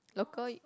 local